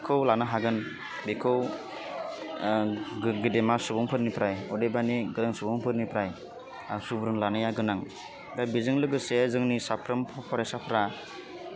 खौ लानो हागोन बेखौ गो गेदेमा सुबुंफोरनिफ्राय अदेबानि गोरों सुबुंफोरनिफ्राय सुबुरुन लानाया गोनां दा बेजों लोगोसे जोंनि साफ्रोम फरायसाफ्रा